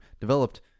developed